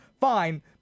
Fine